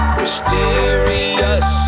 mysterious